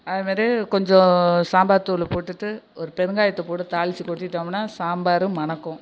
அதுமாரி கொஞ்சம் சாம்பார் தூளை போட்டுட்டு ஒரு பெருங்காயத்தை போட்டு தாளித்து கொட்டிட்டோமுன்னால் சாம்பார் மணக்கும்